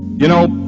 you know,